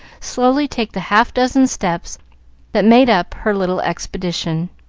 slowly take the half-dozen steps that made up her little expedition.